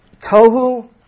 tohu